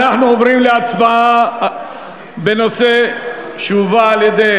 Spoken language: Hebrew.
אנחנו עוברים להצבעה בנושא שהובא על-ידי